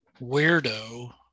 weirdo